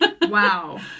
Wow